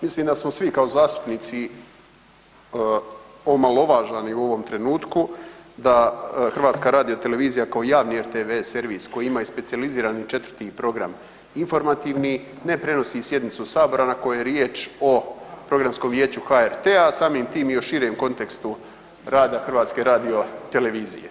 Mislim da smo svi kao zastupnici omalovaženi u ovom trenutku da HRT kao javni RTV servis koji imaju specijalizirani 4. program informativni ne prenosi sjednicu Sabora na kojoj je riječ o Programskom vijeću HRT-a, a samim tim i o širem kontekstu rada HRT-a.